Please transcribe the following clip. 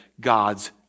God's